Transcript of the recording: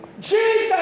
Jesus